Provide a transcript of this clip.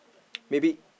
maybe